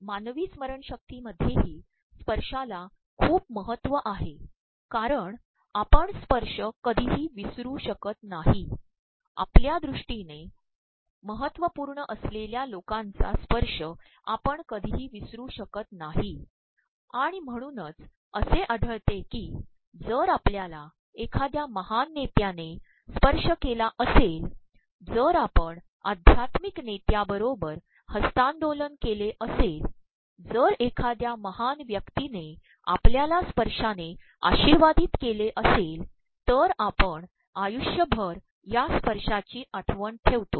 मानवी स्त्मरणशक्तीमध्येही स्त्पशाांला खपू महत्व आहे कारण आपण स्त्पशय कधीही प्रवसरू शकत नाही आपल्या दृष्िीने महत्त्वपूणय असलेल्या लोकांचा स्त्पशय आपण कधीही प्रवसरू शकत नाही आणण म्हणूनच असे आढळतेकी जर आपल्याला एखाद्या महान नेत्यानेस्त्पशय के ला असेल जर आपण आध्याप्त्मक नेत्याबरोबर हस्त्तांदोलन के ले असेल जर एखाद्या महान व्यक्तीने आपल्याला स्त्पशायने आशीवायद्रदत के ले असेल तर आपण आयुष्यभर या स्त्पशायची आठवण ठेवतो